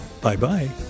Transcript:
Bye-bye